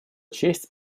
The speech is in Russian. честь